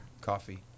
Coffee